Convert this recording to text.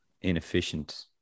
inefficient